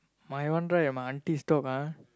my one right my auntie's dog ah